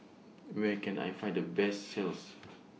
Where Can I Find The Best sells